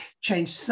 change